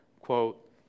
quote